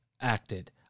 acted